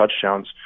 touchdowns